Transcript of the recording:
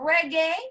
reggae